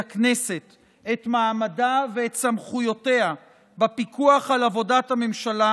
החזרנו לכנסת את מעמדה ואת סמכויותיה בפיקוח על עבודת הממשלה,